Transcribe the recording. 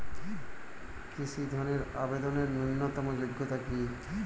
কৃষি ধনের আবেদনের ন্যূনতম যোগ্যতা কী?